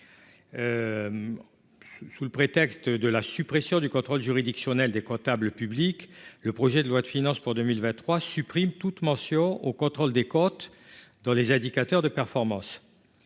Sous prétexte de la suppression du contrôle juridictionnel des comptables publics, le projet de loi de finances pour 2023 supprime toute mention du contrôle des comptes dans les indicateurs de performance.